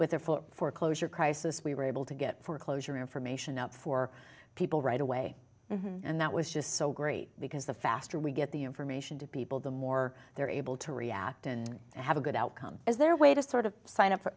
with a foreclosure crisis we were able to get foreclosure information up for people right away and that was just so great because the faster we get the information to people the more they are able to react and have a good outcome as their way to sort of sign up for